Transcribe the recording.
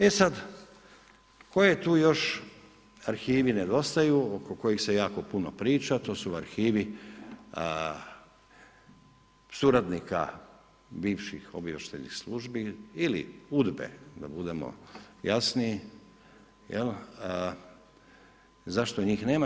E sada koji tu još arhivi nedostaju oko kojih se jako puno priča, to su arhivi suradnika bivših obavještajnih službi ili UDBA-e da budemo jasniji zašto njih nema.